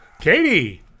Katie